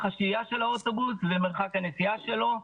השהייה של האוטובוס ומרחק הנסיעה שלו.